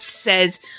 says